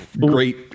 great